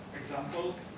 examples